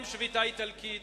קודם שביתה איטלקית,